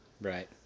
Right